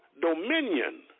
dominion